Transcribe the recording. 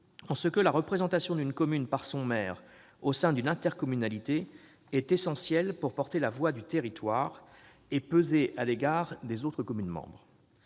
en ce que la représentation d'une commune par son maire au sein d'une intercommunalité est essentielle pour porter la voix du territoire et peser à l'égard des autres communes membres.